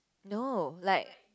no like